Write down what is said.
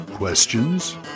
Questions